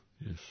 Yes